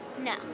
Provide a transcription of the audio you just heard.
No